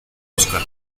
oscar